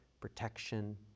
protection